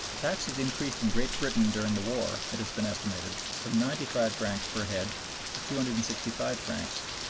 taxes increased in great britain during the war, it has been estimated, from ninety five francs per head to two hundred and sixty five francs,